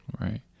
Right